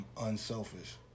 unselfish